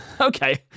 okay